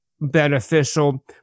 beneficial